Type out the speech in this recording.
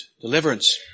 deliverance